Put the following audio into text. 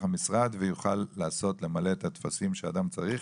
המשרד ויוכל למלא את הטפסים שאדם צריך,